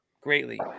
greatly